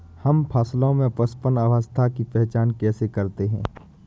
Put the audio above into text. हम फसलों में पुष्पन अवस्था की पहचान कैसे करते हैं?